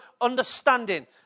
understanding